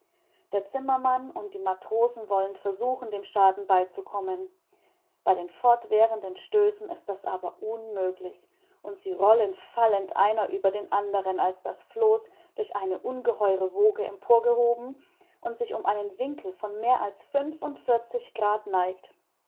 der zimmermann und die matrosen wollen versuchen dem schaden beizukommen bei den fortwährenden stößen ist das aber unmöglich und sie rollen fallend einer über den andern als das floß durch eine ungeheure woge emporgehoben sich um einen winkel von mehr als fünfundvierzig graden neigt